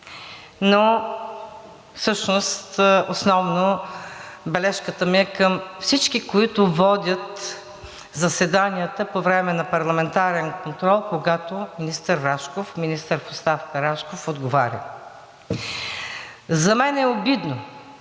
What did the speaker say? но всъщност основно бележката ми е към всички, които водят заседанията по време на парламентарен контрол, когато министърът в оставка Рашков отговаря. За мен е обидно,